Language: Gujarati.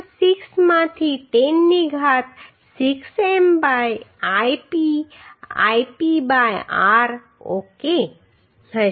06 માંથી 10 ની ઘાત 6 m by Ip Ip by r ok હશે